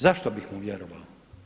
Zašto bih mu vjerovao?